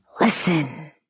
Listen